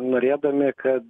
norėdami kad